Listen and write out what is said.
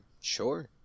sure